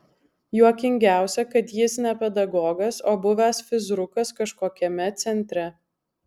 juokingiausia kad jis ne pedagogas o buvęs fizrukas kažkokiame centre